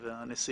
אלה הנשיאים,